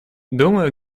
думаю